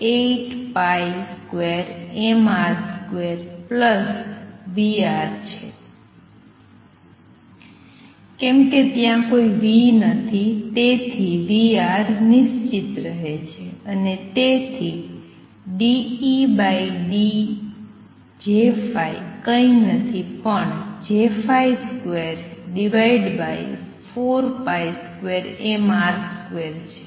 કેમ કે ત્યાં કોઈ V નથી તેથી V નિશ્ચિતરહે છે અને તેથી ∂EJ કંઇ નથી પણ J242mR2 છે